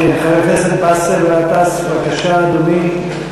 כן, חבר הכנסת באסל גטאס, בבקשה, אדוני.